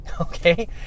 okay